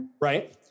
Right